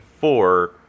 four